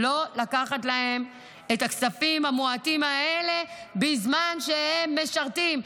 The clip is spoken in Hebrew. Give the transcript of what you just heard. לא לקחת להם את הכספים המועטים האלה בזמן שהם משרתים.